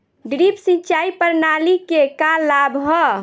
Drip सिंचाई प्रणाली के का लाभ ह?